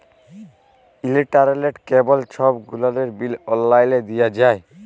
ইলটারলেট, cable ছব গুলালের bill অললাইলে দিঁয়া যায়